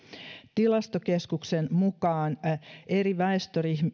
tilastokeskuksen mukaan eri väestöryhmissä